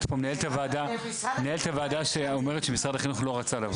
פה מנהלת הוועדה שמשרד החינוך לא רצה לבוא.